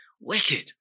wicked